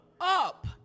up